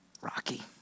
Rocky